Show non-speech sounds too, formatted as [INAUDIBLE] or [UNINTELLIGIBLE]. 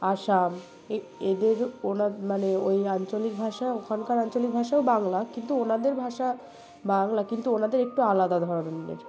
আসাম এদেরও [UNINTELLIGIBLE] মানে ওই আঞ্চলিক ভাষা ওখানকার আঞ্চলিক ভাষাও বাংলা কিন্তু ওনাদের ভাষা বাংলা কিন্তু ওনাদের একটু আলাদা ধরনের